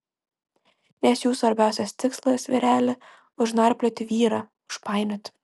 nes jų svarbiausias tikslas vyreli užnarplioti vyrą užpainioti